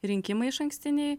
rinkimai išankstiniai